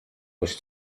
was